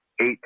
eight